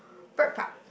Bird Park